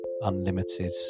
unlimited